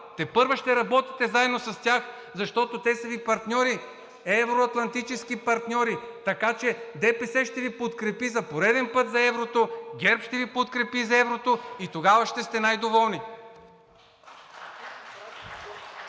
Тепърва ще работите заедно с тях, защото те са Ви партньори, евро-атлантически партньори. Така че ДПС ще Ви подкрепи за пореден път за еврото, ГЕРБ ще Ви подкрепи за еврото и тогава ще сте най-доволни.